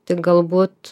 tik galbūt